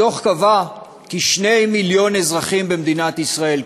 הדוח קבע כי 2 מיליוני אזרחים במדינת ישראל,